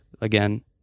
again